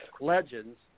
legends